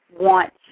want